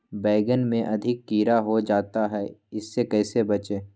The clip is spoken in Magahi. बैंगन में अधिक कीड़ा हो जाता हैं इससे कैसे बचे?